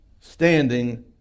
standing